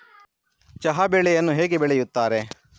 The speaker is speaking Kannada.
ಚಹಾ ಬೆಳೆಯನ್ನು ಹೇಗೆ ಬೆಳೆಯುತ್ತಾರೆ?